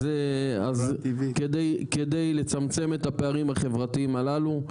אז כדי לצמצם את הפערים החברתים הללו,